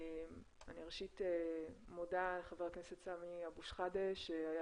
אני ראשית מודה לחבר הכנסת סמי אבו שחאדה שהיה